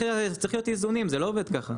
צריכים להיות איזונים, זה לא עובד ככה.